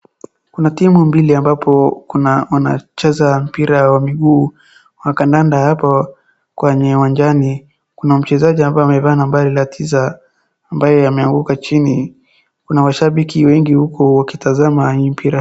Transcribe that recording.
Kuna timu mbili ambapo kuna, wanacheza mpira wa miguu wa kandanda hapo kwenye uwanjani, kuna mchezaji ambaye amevaa nambari la tisa, ambaye ameanguka chini, kuna mashabiki wengi huku wakitazama hii mpira.